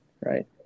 right